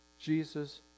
Jesus